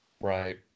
Right